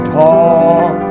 talk